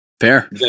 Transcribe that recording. Fair